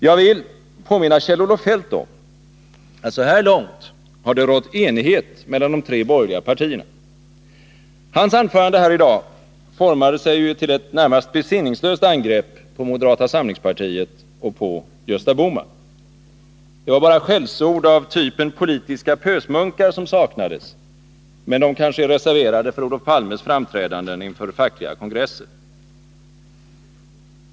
Jag vill påminna Kjell-Olof Feldt om att så här långt har det rått enighet mellan de tre borgerliga partierna. Hans anförande här i dag formade sig ju till ett närmast besinningslöst angrepp på moderata samlingspartiet och på tiska åtgärder Gösta Bohman. Det var bara skällsord av typen politiska pösmunkar som saknades — men de kanske är reserverade för Olof Palmes framträdanden inför fackliga kongresser.